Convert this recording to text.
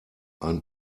ein